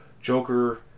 Joker